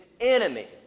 enemy